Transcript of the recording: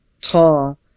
tall